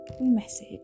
message